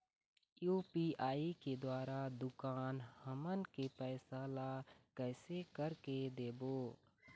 UPI के द्वारा दुकान हमन के पैसा ला कैसे कर के देबो?